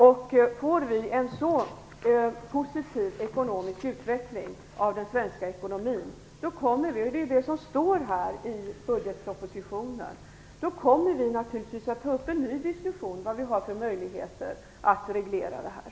Om vi får en positiv utveckling av den svenska ekonomin kommer vi - det står i budgetpropositionen - naturligtvis att ta upp en ny diskussion om vilka möjligheter vi har att reglera det här.